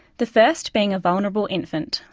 the first being a vulnerable infant,